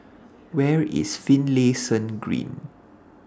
Where IS Finlayson Green